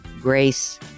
grace